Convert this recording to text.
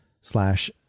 slash